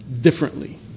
differently